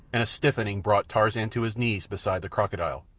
and a stiffening brought tarzan to his knees beside the crocodile.